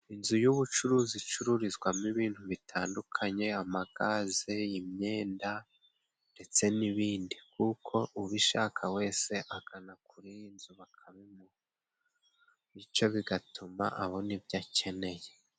Inzu y'ubucuruzi icururizwamo ibintu bitandukanye amagaze ,imyenda ndetse n'ibindi kuko ubishaka wese agana kuri iyi nzu bakabimuha bityo bigatuma abona ibyo akeneye.